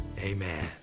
amen